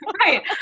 Right